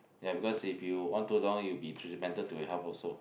ya because if you on too long it will be detrimental to your health also